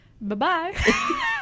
Bye-bye